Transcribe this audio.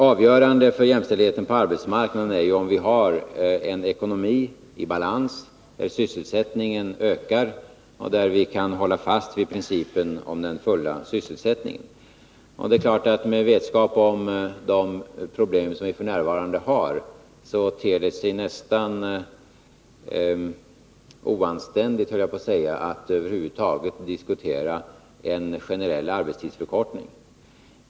Avgörande för jämställdheten på arbetsmarknaden är om vi har en ekonomii balans, sysselsättningen ökar och vi kan hålla fast vid principen om den fulla sysselsättningen. Det är klart att det med vetskap om de problem som f. n. finns ter sig nästan oanständigt, höll jag på att säga, att över huvud taget diskutera generell arbetstidsförkortning.